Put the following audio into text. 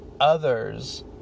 others